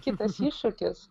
kitas iššūkis